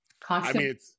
constantly